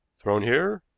thrown here,